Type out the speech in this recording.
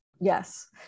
Yes